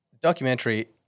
documentary